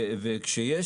וכשיש